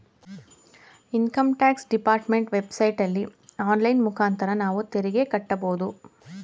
income tax department ವೆಬ್ ಸೈಟಲ್ಲಿ online ಮುಖಾಂತರ ನಾವು ತೆರಿಗೆ ಕಟ್ಟಬೋದು